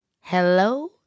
Hello